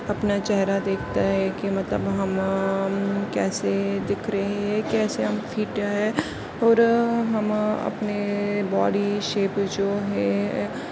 اپنا چہرہ دیکھتا ہے کہ مطلب ہم کیسے دکھ رہے ہیں کیسے ہم فٹ ہیں اور ہم اپنے باڈی شیپ جو ہے